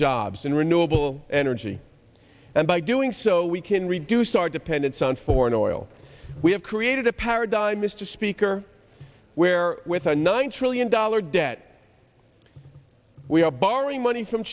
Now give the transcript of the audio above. jobs in renewable energy and by doing so we can reduce our dependence on foreign oil we have created a paradigm mr speaker where with a nine trillion dollar debt we are borrowing money from